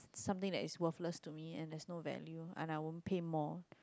something that is worthless to me and there is no value I won't pay more